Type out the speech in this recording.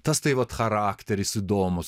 tas tai vat charakteris įdomus